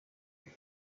nta